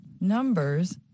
numbers